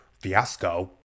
fiasco